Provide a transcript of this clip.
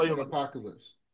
Apocalypse